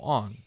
on